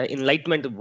Enlightenment